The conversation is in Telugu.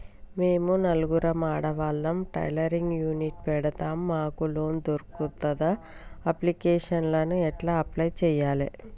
మేము నలుగురం ఆడవాళ్ళం టైలరింగ్ యూనిట్ పెడతం మాకు లోన్ దొర్కుతదా? అప్లికేషన్లను ఎట్ల అప్లయ్ చేయాలే?